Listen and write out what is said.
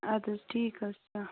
اَدٕ حظ ٹھیٖک حظ چھُ